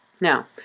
Now